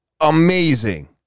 amazing